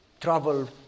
Travel